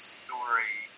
story